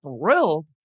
thrilled